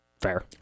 Fair